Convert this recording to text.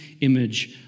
image